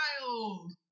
wild